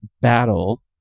battle